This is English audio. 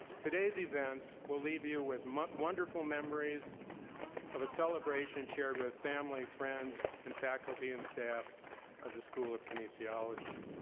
today's events will leave you with but wonderful memories of a celebration shared with family, friends, and faculty and staff of the school of kinesiology.